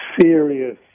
serious